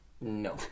No